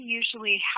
usually